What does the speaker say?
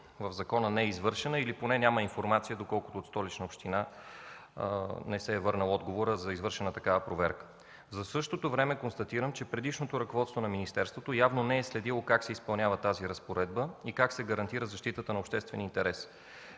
проверка не е извършена, или няма информация доколкото от Столичната община не се е върнал отговор за извършена такава. За същото време, констатирам, че предишното ръководство на министерството явно не е следило как се изпълнява тази разпоредба и как се гарантира защитата на обществения интерес.